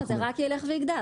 לא, זה רק ילך ויגדל.